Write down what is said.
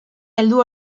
heldu